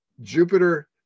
Jupiter